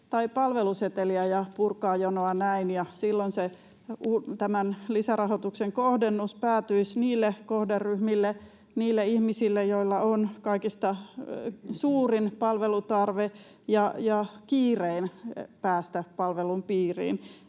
tai palveluseteliä ja purkaa jonoa näin? Silloin tämän lisärahoituksen kohdennus päätyisi niille kohderyhmille, niille ihmisille, joilla on kaikista suurin palvelutarve ja kovin kiire päästä palvelun piiriin.